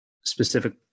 specific